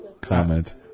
comment